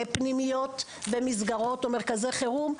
בפנימיות ומסגרות, או מרכזי חירום,